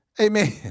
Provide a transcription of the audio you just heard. Amen